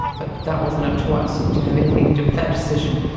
but that wasn't up to us, to have anything to do with that decision.